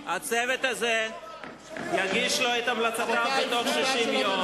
הצוות הזה יגיש לו את המלצותיו בתוך 60 יום.